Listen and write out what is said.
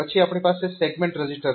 પછી આપણી પાસે સેગમેન્ટ રજીસ્ટર છે